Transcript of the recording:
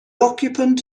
occupant